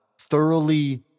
thoroughly